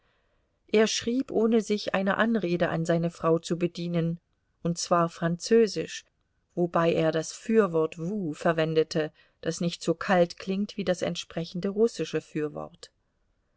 er schrieb ohne sich einer anrede an seine frau zu bedienen und zwar französisch wobei er das fürwort vous verwendete das nicht so kalt klingt wie das entsprechende russische fürwort